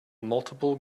multiple